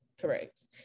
correct